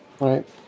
Right